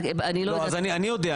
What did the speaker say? אני --- אז אני יודע,